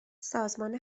سازمان